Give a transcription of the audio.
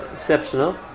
exceptional